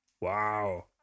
Wow